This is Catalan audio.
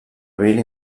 abril